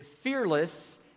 Fearless